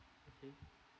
okay